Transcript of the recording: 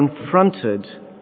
confronted